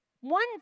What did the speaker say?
One